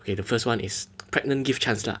the first one is pregnant give chance lah